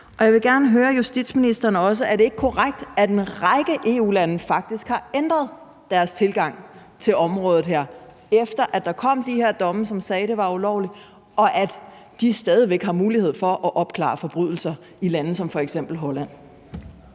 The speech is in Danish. Jeg vil også gerne høre justitsministeren, om det ikke er korrekt, at en række EU-lande faktisk har ændret deres tilgang til området her, efter der kom de her domme, som sagde, det var ulovligt, og at de stadig væk har mulighed for at opklare forbrydelser i lande som f.eks. Holland.